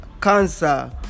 cancer